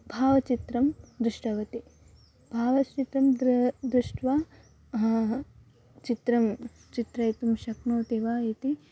भावचित्रं दृष्टवती भावचित्रं दृ दृष्ट्वा चित्रं चित्रयितुं शक्नोति वा इति